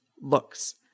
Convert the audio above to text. looks